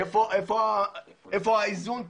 איפה האיזון פה?